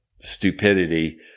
stupidity